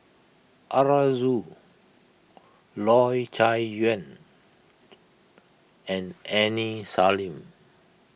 Arasu Loy Chye Chuan and Aini Salim